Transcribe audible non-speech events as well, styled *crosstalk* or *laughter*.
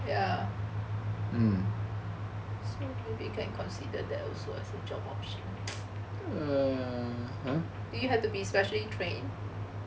ya so he can consider that also as a job option *noise* do you have to be specially trained